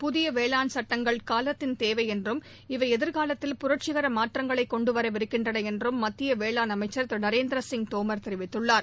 புதிய வேளாண் சட்டங்கள் காலத்தின் தேவை என்றும் இவை எதிர்காலத்தில் புரட்சிகர மாற்றங்களை கொண்டுவர விருக்கின்றன என்றும் மத்திய வேளாண் அமைச்சர் திரு நரேந்திரசிங் தோமர் தெரிவித்துள்ளார்